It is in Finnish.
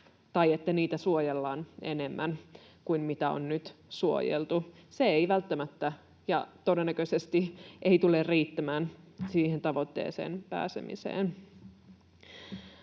tai että niitä suojellaan enemmän kuin mitä on nyt suojeltu. Se ei välttämättä ja todennäköisesti tule riittämään siihen tavoitteeseen pääsemiseen.